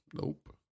Nope